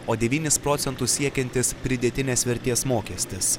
o devynis procentus siekiantis pridėtinės vertės mokestis